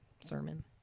sermon